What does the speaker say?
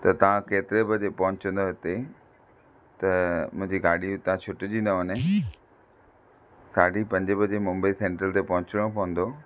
त तव्हां केतिरे बजे पहुचंदा हिते त मुंहिंजी गाॾी हितां छुटिजी न वञे साढी पंजे बजे मुम्बई सेन्ट्रल ते पहुचणो पवंदो